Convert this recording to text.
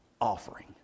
offering